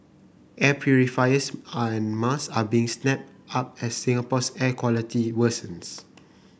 air purifiers and mask are being snapped up as Singapore's air quality worsens